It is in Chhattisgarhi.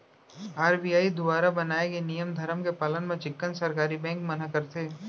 आर.बी.आई दुवारा बनाए गे नियम धरम के पालन ल चिक्कन सरकारी बेंक मन ह करथे